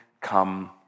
come